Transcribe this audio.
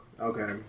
okay